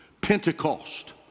Pentecost